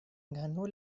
ganó